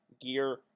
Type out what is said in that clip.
gear